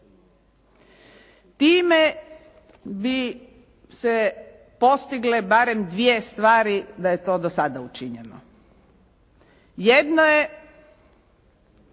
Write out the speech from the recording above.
Time bi se postigle barem dvije stvari da je to do sada učinjeno. Jedno je